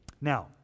Now